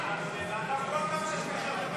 הסתייגות 73 לא